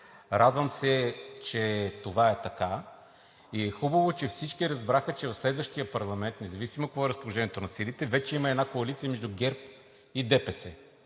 Радвам се, че това е така, и хубаво е, че всички разбраха, че в следващия парламент – независимо какво е разположението на силите, вече има една коалиция между ГЕРБ и ДПС,